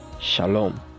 shalom